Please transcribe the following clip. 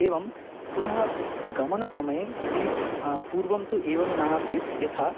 एवं पुनः गमनसमये यदि पूर्वं तु एवं न आसीत् यथा